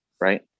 right